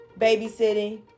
babysitting